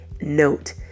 note